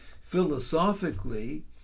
Philosophically